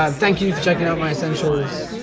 um thank you for checking out my essentials.